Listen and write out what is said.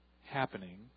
happening